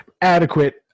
adequate